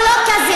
פה לא קזינו.